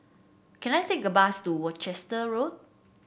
can I take a bus to Worcester Road